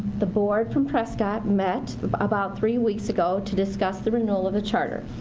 the board from prescott met about three weeks ago to discuss the renewal of a charter.